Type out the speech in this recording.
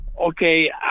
Okay